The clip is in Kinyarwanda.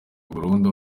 burundu